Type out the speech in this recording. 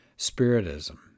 Spiritism